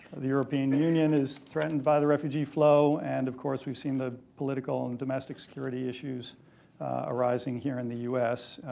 the european union is threatened by the refugee flow. and of course, weve seen the political and domestic security issues arising here in the u s,